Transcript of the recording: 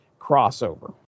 crossover